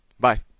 Bye